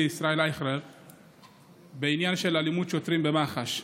ישראל אייכלר בעניין אלימות שוטרים במח"ש.